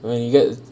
when you get